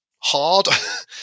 hard